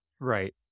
Right